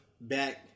back